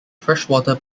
freshwater